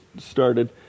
started